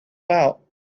out